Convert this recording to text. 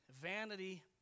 vanity